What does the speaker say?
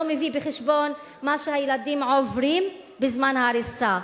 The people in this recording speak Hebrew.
לא מביא בחשבון מה הילדים עוברים בזמן ההריסה,